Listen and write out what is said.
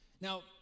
Now